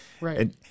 Right